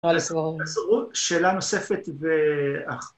תודה לך. שאלה נוספת ואחת.